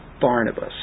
Barnabas